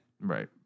Right